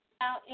now